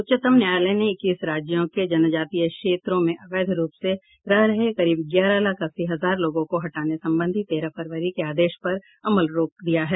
उच्चतम न्यायालय ने इक्कीस राज्यों के जनजातीय क्षेत्रों में अवैध रूप से रह रहे करीब ग्यारह लाख अस्सी हजार लोगों को हटाने संबंधी तेरह फरवरी के आदेश पर अमल रोक दिया है